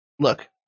Look